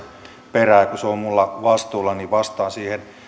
perään kun se on minulla vastuulla niin vastaan siihen